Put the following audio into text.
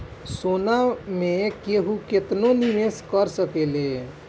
सोना मे केहू केतनो निवेस कर सकेले